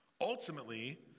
Ultimately